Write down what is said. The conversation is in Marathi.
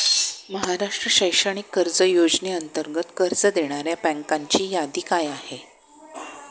महाराष्ट्र शैक्षणिक कर्ज योजनेअंतर्गत कर्ज देणाऱ्या बँकांची यादी काय आहे?